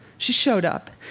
she showed up.